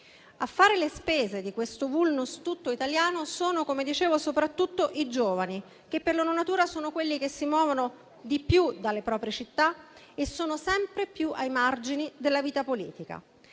A fare le spese di questo *vulnus* tutto italiano sono, come dicevo, soprattutto i giovani, che per loro natura sono quelli che si muovono di più dalle proprie città e sono sempre più ai margini della vita politica.